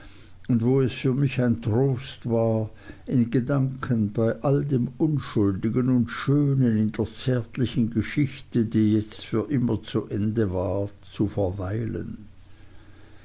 und wo es für mich ein trost war in gedanken bei all dem unschuldigen und schönen in der zärtlichen geschichte die jetzt für immer zu ende war zu verweilen